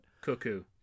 Cuckoo